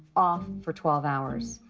off for twelve hours.